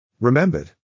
Remembered